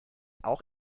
auch